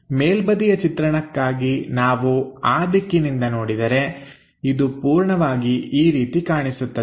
ಮೇಲ್ಬದಿಯ ಚಿತ್ರಣಕ್ಕಾಗಿ ನಾವು ಆ ದಿಕ್ಕಿನಿಂದ ನೋಡಿದರೆ ಇದು ಪೂರ್ಣವಾಗಿ ಈ ರೀತಿ ಕಾಣಿಸುತ್ತದೆ